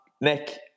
Nick